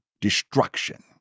destruction